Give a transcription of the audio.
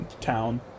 town